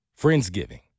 Friendsgiving